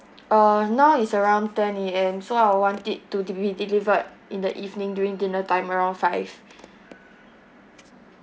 uh now is around twenty and so I will want it to be delivered in the evening during dinner time around five